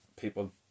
People